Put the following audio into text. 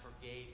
forgave